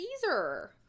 Caesar